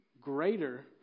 greater